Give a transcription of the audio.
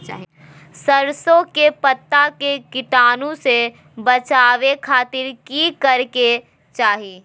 सरसों के पत्ता के कीटाणु से बचावे खातिर की करे के चाही?